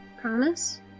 Promise